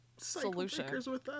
Solution